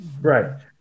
Right